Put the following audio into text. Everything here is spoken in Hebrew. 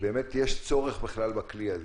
יש צורך בכלי הזה?